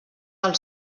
del